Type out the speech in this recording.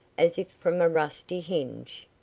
as if from a rusty hinge.